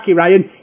ryan